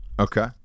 Okay